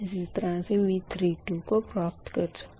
इसी तरह से V32 को प्राप्त कर सकते है